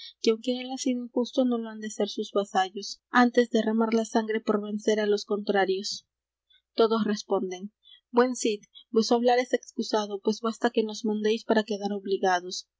que aunque él ha sido injusto no lo han de ser sus vasallos antes derramar la sangre por vencer á los contrarios todos responden buen cid vueso hablar es excusado pues basta que nos mandéis para quedar obligados